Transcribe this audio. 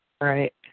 Right